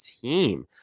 team